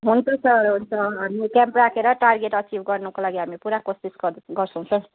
हुन्छ सर हुन्छ हामी क्याम्प राखेर टार्गेट एचिभ गर्नको लागि हामी पुरा कोसिस गर्छौँ हुन्छ